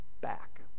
back